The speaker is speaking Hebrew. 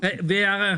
אנשים שיכולים למרוד